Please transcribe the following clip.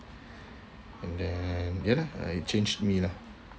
and then ya lah uh it changed me lah